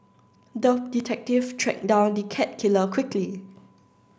the detective tracked down the cat killer quickly